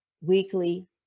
weekly